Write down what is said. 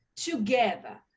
together